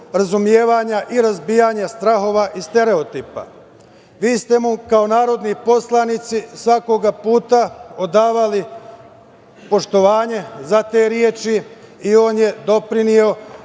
razumevanja i razbijanja strahova i stereotipa. Vi ste mu kao narodni poslanici svakog puta odavali poštovanje za te reči i on je doprineo